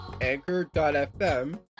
anchor.fm